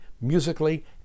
musically